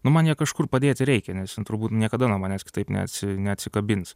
nu man ją kažkur padėti reikia nes ji turbūt niekada nuo manęs kitaip neatsi neatsikabins